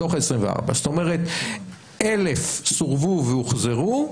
זאת אומרת 1,000 סורבו והוחזרו.